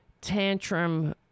tantrum